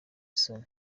isoni